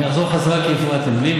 אני אחזור בחזרה כי הפרעתם לי,